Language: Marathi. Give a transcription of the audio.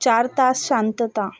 चार तास शांतता